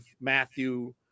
Matthew